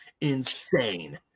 insane